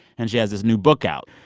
and she has this new book out,